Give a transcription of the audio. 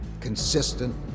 consistent